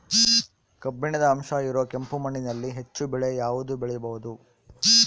ಕಬ್ಬಿಣದ ಅಂಶ ಇರೋ ಕೆಂಪು ಮಣ್ಣಿನಲ್ಲಿ ಹೆಚ್ಚು ಬೆಳೆ ಯಾವುದು ಬೆಳಿಬೋದು?